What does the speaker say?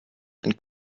and